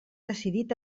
decidit